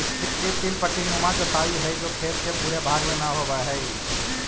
strip till पट्टीनुमा जोताई हई जो खेत के पूरे भाग में न होवऽ हई